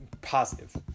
positive